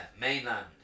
mainland